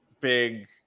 big